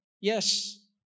yes